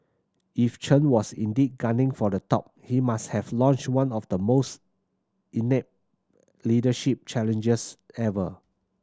if Chen was indeed gunning for the top he must have launched one of the most inept leadership challenges ever